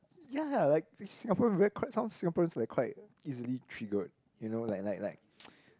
ya like Singaporean very quite some Singaporeans like quite easily triggered you know like like like